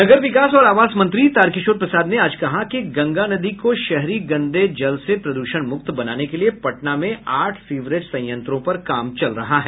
नगर विकास और आवास मंत्री तारकिशोर प्रसाद ने आज कहा कि गंगा नदी को शहरी गंदे जल से प्रद्रषण मुक्त बनाने के लिये पटना में आठ सीवरेज संयंत्रों पर काम चल रहा है